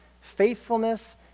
faithfulness